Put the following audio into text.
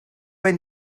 wenn